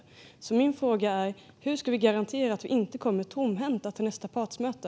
Därför är min fråga: Hur ska vi garantera att vi inte kommer tomhänta till nästa partsmöte?